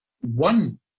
one